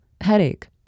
headache